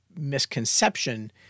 misconception